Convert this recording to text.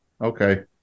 Okay